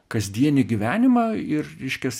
kasdienį gyvenimą ir reiškias